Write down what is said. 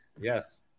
Yes